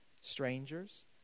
strangers